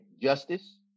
justice